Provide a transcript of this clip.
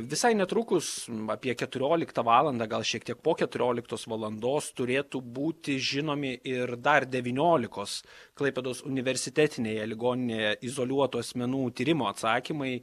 visai netrukus apie keturioliktą valandą gal šiek tiek po keturioliktos valandos turėtų būti žinomi ir dar devyniolikos klaipėdos universitetinėje ligoninėje izoliuotų asmenų tyrimų atsakymai